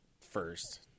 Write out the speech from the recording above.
first